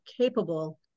capable